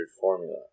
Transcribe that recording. formula